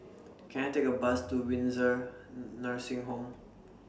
Can I Take A Bus to Windsor Nursing Home